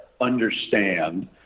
understand